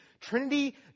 Trinity